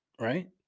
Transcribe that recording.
right